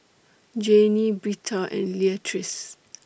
Janie Britta and Leatrice